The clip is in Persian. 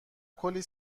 کلی